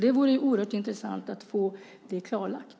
Det vore oerhört intressant att få det klarlagt.